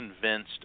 convinced